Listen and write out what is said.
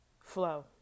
flow